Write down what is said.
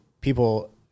people